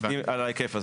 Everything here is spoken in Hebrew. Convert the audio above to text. על ההיקף הזה.